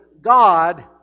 God